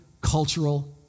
cultural